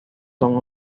son